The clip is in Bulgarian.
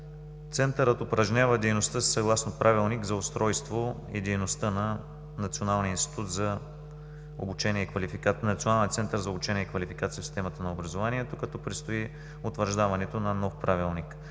Центърът упражнява дейността си съгласно Правилник за устройство и дейността на Националния център за обучение и квалификация в системата на образованието, като предстои утвърждаването на нов правилник.